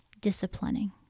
disciplining